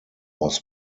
was